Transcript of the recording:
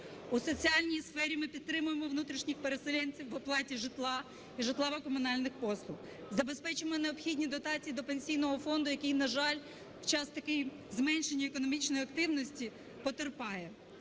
У соціальній сфері ми підтримуємо внутрішніх переселенців в оплаті житла і житлово-комунальних послуг. Забезпечуємо необхідні дотації до Пенсійного фонду, який, на жаль, в час такий зменшення економічної активності потерпає.